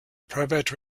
private